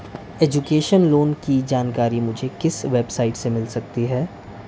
Education loan की जानकारी मुझे किस वेबसाइट से मिल सकती है?